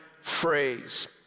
phrase